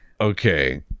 Okay